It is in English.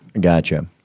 Gotcha